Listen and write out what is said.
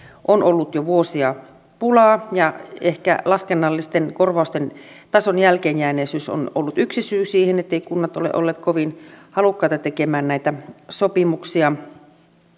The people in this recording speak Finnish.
on ollut jo vuosia pulaa ehkä laskennallisten korvausten tason jälkeenjääneisyys on ollut yksi syy siihen etteivät kunnat ole olleet kovin halukkaita tekemään näitä sopimuksia